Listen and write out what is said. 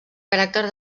caràcter